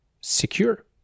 secure